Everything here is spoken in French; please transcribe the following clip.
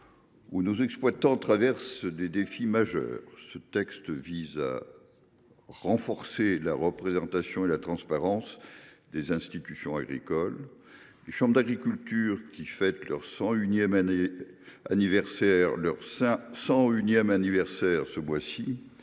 où nos exploitants sont confrontés à des défis majeurs. Ce texte vise à renforcer la représentativité et la transparence des institutions agricoles. Les chambres d’agriculture, qui fêtent leur 101 anniversaire ce mois ci,